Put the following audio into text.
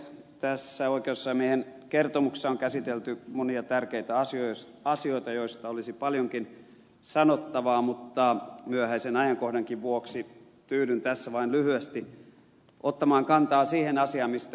tässä oikeusasiamiehen kertomuksessa on käsitelty monia tärkeitä asioita joista olisi paljonkin sanottavaa mutta myöhäisen ajankohdankin vuoksi tyydyn tässä vain lyhyesti ottamaan kantaa siihen asiaan mistä ed